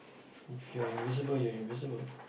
if you're invisible you're invisible